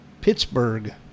Pittsburgh